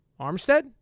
Armstead